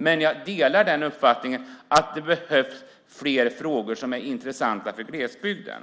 Men jag delar uppfattningen att det är fler frågor som är intressanta för glesbygden.